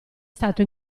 stato